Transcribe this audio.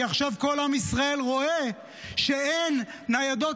כי עכשיו כל עם ישראל רואה שאין ניידות